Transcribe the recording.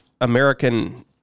American